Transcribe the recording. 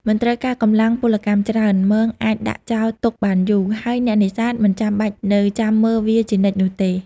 មិនត្រូវការកម្លាំងពលកម្មច្រើន មងអាចដាក់ចោលទុកបានយូរ ហើយអ្នកនេសាទមិនចាំបាច់នៅចាំមើលវាជានិច្ចនោះទេ។